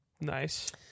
Nice